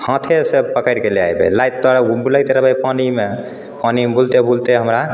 हाथोसँ पकड़िके लै एबै लादिके बूलैत रहबै पानिमे पानिमे बूलतै बूलतै हमरा